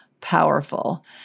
powerful